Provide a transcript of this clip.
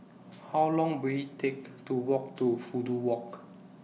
How Long Will IT Take to Walk to Fudu Walk